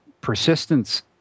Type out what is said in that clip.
persistence